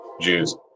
Jews